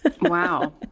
Wow